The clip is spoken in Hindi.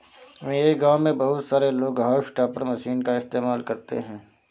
मेरे गांव में बहुत सारे लोग हाउस टॉपर मशीन का इस्तेमाल करते हैं